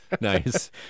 Nice